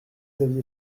aviez